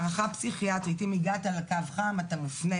הערכה הפסיכיאטרית, אם הגעת לקו החם, אתה מופנה